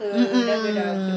mm mm